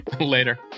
Later